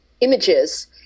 images